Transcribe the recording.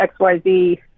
XYZ